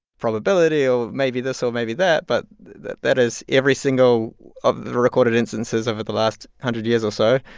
probability or maybe this or maybe that. but that that is every single of the recorded instances over the last hundred years or so,